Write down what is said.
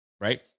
right